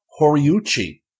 Horiuchi